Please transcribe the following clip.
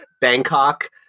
Bangkok